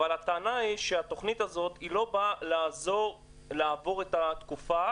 הטענה היא שהתוכנית לא באה לעזור לעבור את התקופה,